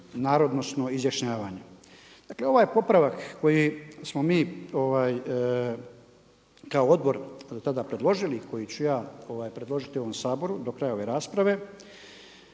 narodosno izjašnjavanje. Dakle ovo je popravak koji smo mi kao odbor tada predložili i koji ću ja predložiti ovom Saboru do kraja ove rasprave